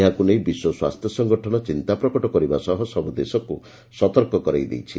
ଏହାକୁ ନେଇ ବିଶ୍ୱ ସ୍ୱାସ୍ଥ୍ୟ ସଂଗଠନ ଚିନ୍ତା ପ୍ରକଟ କରିବା ସହ ସବୁ ଦେଶକୁ ସତର୍କ କରାଇ ଦେଇଛି